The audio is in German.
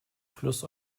fluss